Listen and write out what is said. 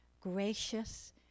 gracious